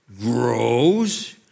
grows